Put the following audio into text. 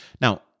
Now